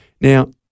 Now